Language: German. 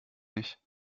nicht